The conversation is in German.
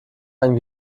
ein